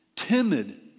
timid